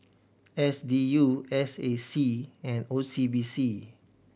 S D U S A C and O C B C